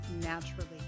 naturally